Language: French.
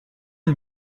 une